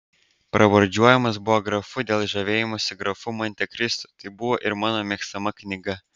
pravardžiuojamas buvo grafu dėl žavėjimosi grafu montekristu tai buvo ir mano mėgstama knyga